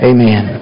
Amen